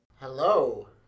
Hello